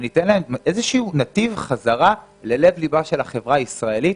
וניתן להם איזשהו נתיב חזרה ללב ליבה של החברה הישראלית,